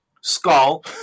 skull